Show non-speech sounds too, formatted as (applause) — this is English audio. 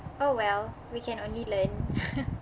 oh well we can only learn (laughs)